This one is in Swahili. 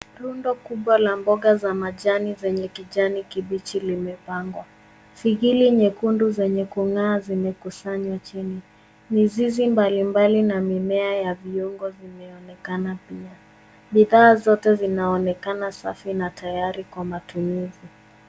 Rundo kubwa la mboga za majani zenye kijani kibichi limepangwa. Figili nyekundu zenye kungaa zimekusanywa chini. Mizizi mbali mbali na mimea ya viuongo vinaonekana pia. Bidhaa zote zinaoenekana safi na tayari kwa matumizi.